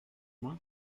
moi